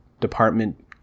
department